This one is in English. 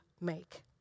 make